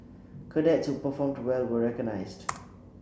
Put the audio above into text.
cadets who performed well were recognised